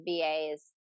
VAs